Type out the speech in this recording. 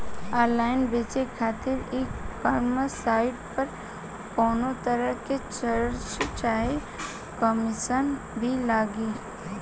Online बेचे खातिर e commerce site पर कौनोतरह के चार्ज चाहे कमीशन भी लागी?